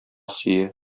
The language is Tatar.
сөя